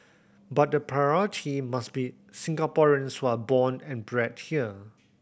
but the priority must be Singaporeans who are born and bred here